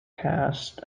cast